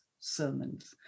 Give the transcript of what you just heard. sermons